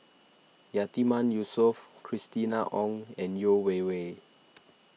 Yatiman Yusof Christina Ong and Yeo Wei Wei